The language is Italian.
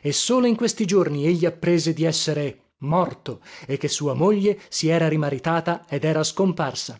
e solo in questi giorni egli apprese di essere morto e che sua moglie si era rimaritata ed era scomparsa